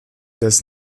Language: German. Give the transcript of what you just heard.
des